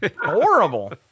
horrible